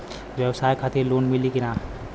ब्यवसाय खातिर लोन मिली कि ना?